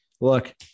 Look